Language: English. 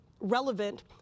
relevant